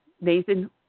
Nathan